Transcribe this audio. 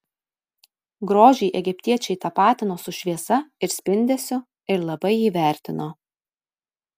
grožį egiptiečiai tapatino su šviesa ir spindesiu ir labai jį vertino